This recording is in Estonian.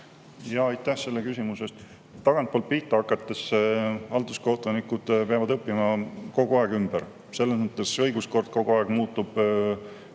Aitäh selle küsimuse eest! Tagantpoolt pihta hakates, halduskohtunikud peavad õppima kogu aeg ümber. Selles mõttes, et õiguskord kogu aeg muutub,